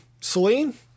Celine